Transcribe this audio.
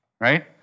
right